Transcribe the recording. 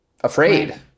afraid